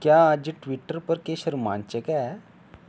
क्या अज्ज ट्विटर पर किश रोमांचक ऐ